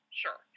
sure